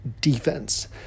defense